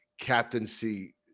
captaincy